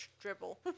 dribble